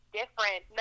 different